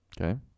Okay